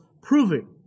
proving